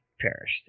perished